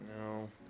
no